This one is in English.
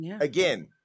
again